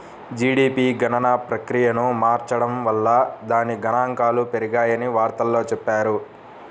GDP గణన ప్రక్రియను మార్చడం వల్ల దాని గణాంకాలు పెరిగాయని వార్తల్లో చెప్పారు